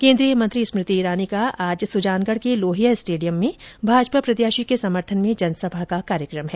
केन्द्रीय मंत्री स्मृति ईरानी का आज सुजानगढ़ के लोहिया स्टेडियम में भाजपा प्रत्याशी के समर्थन में जनसभा का कार्यक्रम है